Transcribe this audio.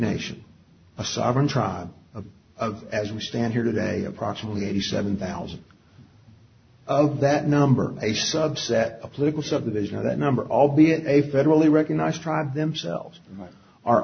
nation a sovereign tribe of as we stand here today approximately eighty seven thousand of that number a subset of political subdivision of that number albeit a federally recognized tribes themselves are